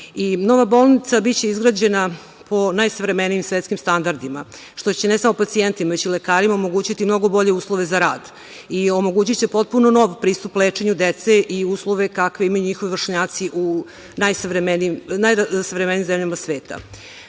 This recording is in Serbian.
bolnica biće izgrađena po najsavremenijim svetskim standardima, što će ne samo pacijentima, već će i lekarima omogućiti mnogo bolje uslove za rad i omogućiće potpuno nov pristup lečenju dece i uslove kakve imaju njihovi vršnjaci u najrazvijenijim zemljama